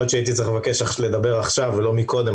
יכול להיות שהייתי צריך לבקש לדבר עכשיו ולא מקודם.